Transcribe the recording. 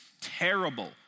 terrible